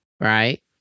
Right